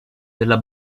della